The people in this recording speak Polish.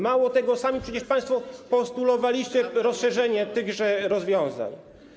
Mało tego, sami przecież państwo postulowaliście rozszerzenie tychże rozwiązań.